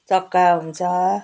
चक्का हुन्छ